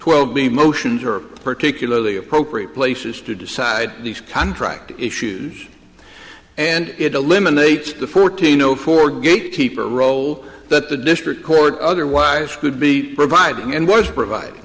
be motions are particularly appropriate places to decide these contract issues and it eliminates the fourteen zero four gatekeeper role that the district court otherwise could be provided and was provide